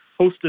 hosted